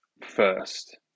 first